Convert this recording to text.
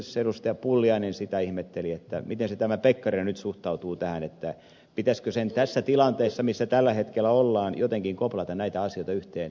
pulliainen sitä ihmettelivät miten se tämä pekkarinen nyt suhtautuu tähän pitäisikö sen tässä tilanteessa missä tällä hetkellä ollaan jotenkin koplata näitä asioita yhteen